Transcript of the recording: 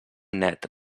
net